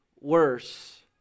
worse